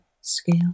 scale